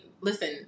listen